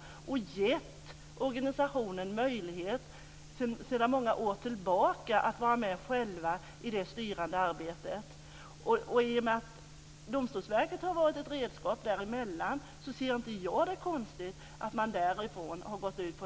Sedan många år tillbaka har organisationen getts möjlighet att själv vara med i det styrande arbetet. I och med att Domstolsverket har varit ett redskap ser jag det inte som konstigt att man har gått ut